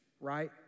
right